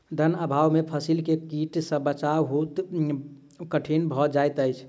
धन अभाव में फसील के कीट सॅ बचाव बहुत कठिन भअ जाइत अछि